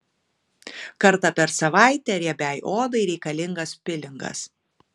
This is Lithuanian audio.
kartą per savaitę riebiai odai reikalingas pilingas